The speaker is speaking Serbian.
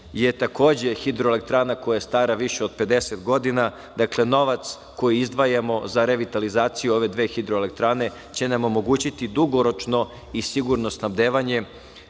je hidroelektrana koja je stara više od 50 godina. Dakle, novac koji izdvajamo za revitalizaciju ove dve hidroelektrane će nam omogućiti dugoročno i sigurno snabdevanje